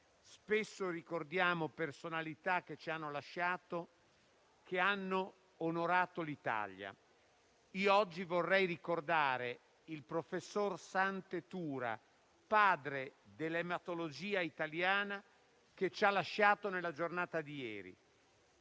spesso ricordiamo personalità che ci hanno lasciato, che hanno onorato l'Italia. Oggi vorrei ricordare il professor Sante Tura, padre dell'ematologia italiana, che ci ha lasciati nella giornata di ieri.